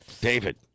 David